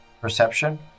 perception